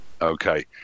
Okay